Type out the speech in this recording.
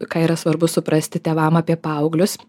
ką yra svarbu suprasti tėvam apie paauglius